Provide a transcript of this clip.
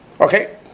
Okay